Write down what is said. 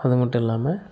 அதுமட்டும் இல்லாமல்